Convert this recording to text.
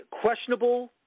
questionable